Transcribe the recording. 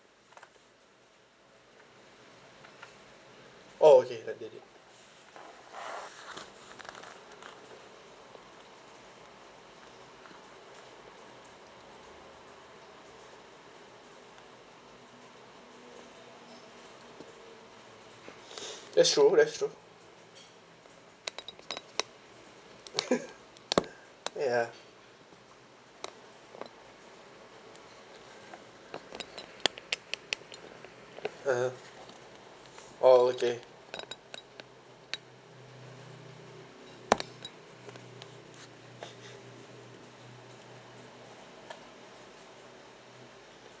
oh okay ninety minutes that's true that's true ya (uh huh) oh okay